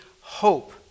hope